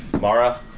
Mara